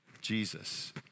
Jesus